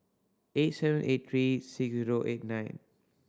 eight seven eight three six zero eight nine